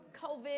COVID